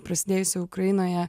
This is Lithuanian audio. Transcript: prasidėjusio ukrainoje